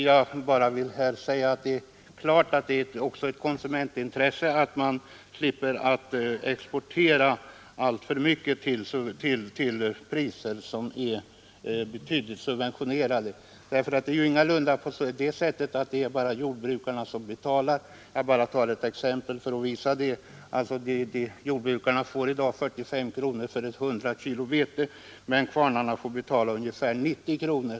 Jag vill endast framhålla att det givetvis också är ett konsumentintresse att man slipper exportera alltför mycket till priser som är betydligt subventionerade. Det är ingalunda bara jordbrukarna som betalar. Jag tar ett exempel för att visa detta. Jordbrukarna får i dag 45 kronor för 100 kg vete, men kvarnarna får betala ungefär 90 kronor.